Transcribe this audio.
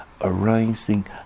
arising